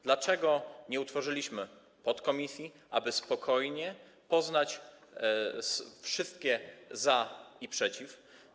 Dlaczego nie utworzyliśmy podkomisji, aby spokojnie poznać wszystkie za i przeciw?